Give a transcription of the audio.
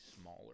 smaller